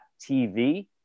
TV